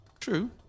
True